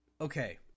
Okay